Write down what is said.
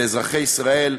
לאזרחי ישראל,